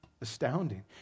astounding